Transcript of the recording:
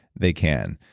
they can.